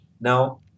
Now